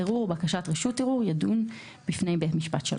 הערעור או בקשת רשות ערעור יידון בפני בית משפט שלום.